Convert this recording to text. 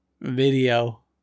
Video